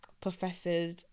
professors